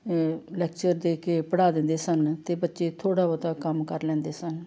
lecture ਦੇ ਕੇ ਪੜ੍ਹਾ ਦਿੰਦੇ ਸਨ ਅ ਤੇ ਬੱਚੇ ਥੋੜ੍ਹਾ ਬਹੁਤ ਕੰਮ ਕਰ ਲੈਂਦੇ ਸਨ